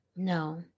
No